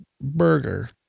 burger